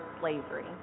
slavery